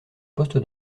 poste